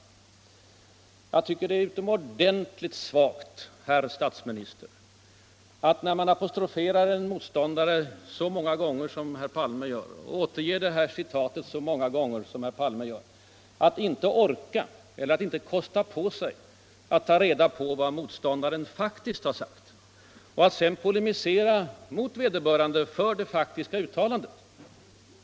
Jag tycker det är utomordentligt svagt, herr statsminister, att när man apostroferar en motståndare så många gånger som Olof Palme gör och återger citatet så många gånger som han här gjort inte orka — eller inte kunna kosta på sig — att ta reda på vad motståndaren faktiskt har sagt och sedan polemisera mot vederbörande för det faktiskt sagda.